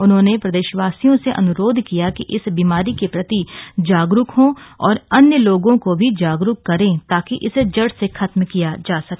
उन्होंने प्रदेशवासियों से अन्रोध किया कि इस बीमारी के प्रति जागरूक हों और अन्य लोगों को भी जागरूक करें ताकि इसे जड़ से खत्म किया जा सके